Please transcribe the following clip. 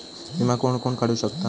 विमा कोण कोण काढू शकता?